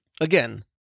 again